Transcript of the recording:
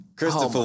Christopher